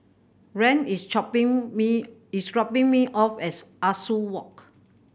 Rand is chopping me is dropping me off as Ah Soo Walk